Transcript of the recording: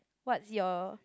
what's your